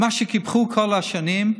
מי שקיפחו כל השנים,